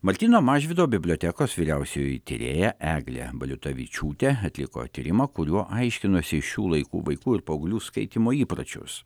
martyno mažvydo bibliotekos vyriausioji tyrėja eglė baliutavičiūtė atliko tyrimą kuriuo aiškinosi šių laikų vaikų ir paauglių skaitymo įpročius